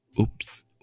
Oops